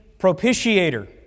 propitiator